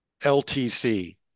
LTC